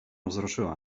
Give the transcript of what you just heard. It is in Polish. wzruszyła